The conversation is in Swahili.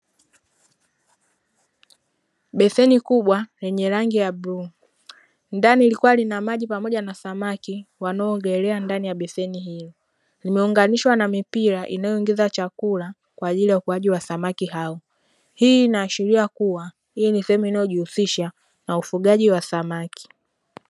Beseni kubwa lenye rangi ya bluu, ndani likiwa na maji pamoja samaki wanao ogelea. Ndani ya beseni hilo limeunganishwa na mipira inayo ingiza chakula kwa ajili ya ukuaji wa samaki hao, hii inashiria kuwa hii ni sehemu inayojihusisha na ufugaji wa samaki.